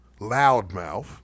loudmouth